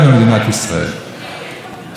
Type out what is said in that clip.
גיוס חובה לבנים יש בהרבה מדינות,